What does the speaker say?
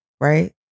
right